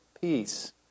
peace